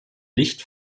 licht